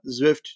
Zwift